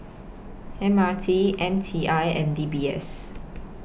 M R T M T I and D B S